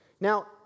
Now